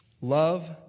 Love